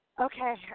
Okay